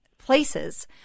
places